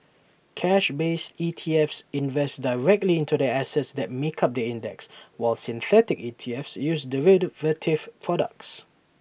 cash based ETFs invest directly into the assets that make up the index while synthetic E T Fs use derivative products